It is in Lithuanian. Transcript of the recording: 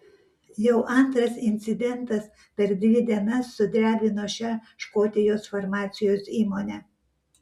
jau antras incidentas per dvi dienas sudrebino šią škotijos farmacijos įmonę